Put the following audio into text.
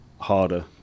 harder